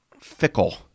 fickle